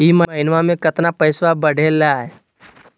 ई महीना मे कतना पैसवा बढ़लेया?